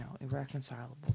irreconcilable